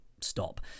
stop